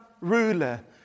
ruler